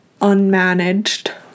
unmanaged